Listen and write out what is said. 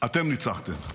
אתם ניצחתם,